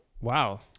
Wow